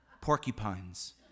porcupines